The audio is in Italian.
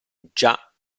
già